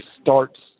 starts